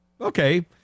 Okay